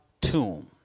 tomb